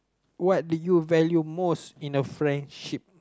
what do you value most in a friendship